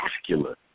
vascular